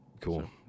cool